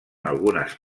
algunes